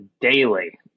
daily